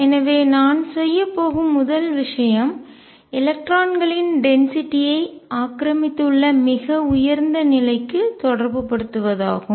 எனவே நான் செய்யப்போகும் முதல் விஷயம் எலக்ட்ரான்களின் டென்சிட்டியை அடர்த்தி ஆக்கிரமித்துள்ள மிக உயர்ந்த நிலைக்கு தொடர்புபடுத்துவதாகும்